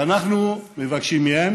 ואנחנו מבקשים מהם